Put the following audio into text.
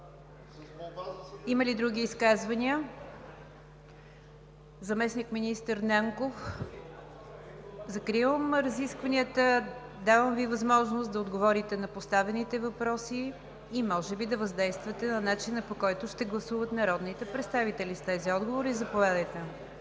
Има ли други изказвания? Няма. Закривам разискванията. Заместник-министър Нанков, давам Ви възможност да отговорите на поставените въпроси и може би да въздействате на начина, по който ще гласуват народните представители с тези отговори. Заповядайте.